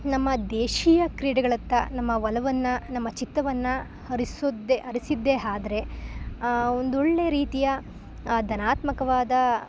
ನಮ್ಮ ದೇಶೀಯ ಕ್ರೀಡೆಗಳತ್ತ ನಮ್ಮ ಒಲವನ್ನು ನಮ್ಮ ಚಿತ್ತವನ್ನು ಹರಿಸಿದ್ದೆ ಹರಿಸಿದ್ದೆ ಆದ್ರೆ ಒಂದು ಒಳ್ಳೆ ರೀತಿಯ ಧನಾತ್ಮಕವಾದ